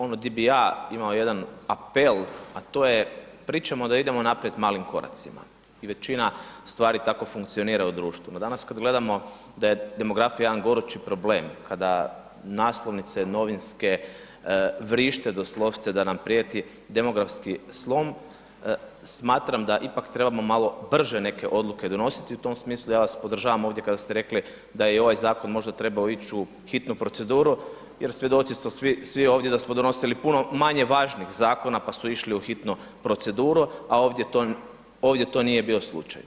Ono di bi ja imao jedan apel a to je pričamo da idemo naprijed malim koracima i većina stvari tako funkcionira u društvu no danas kad gledamo da je demografija jedan gorući problem, kada naslovnice novinske vrište doslovce da nam prijeti demografski slom, smatram da ipak trebamo malo brže neke odluke donositi, u tom smisli ja vas podržavam ovdje kada ste rekli da je i ovaj zakon možda trebao ić u hitnu proceduru jer svjedoci smo svi ovdje da smo donosili puno manje važnih zakona pa su išli u hitnu proceduru a ovdje to nije bio slučaj.